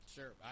Sure